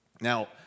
Now